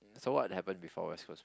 so what happened before West Coast